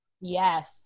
Yes